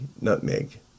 nutmeg